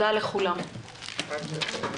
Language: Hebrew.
הישיבה נעולה.